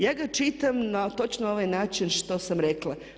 Ja ga čitam na točno ovaj način što sam rekla.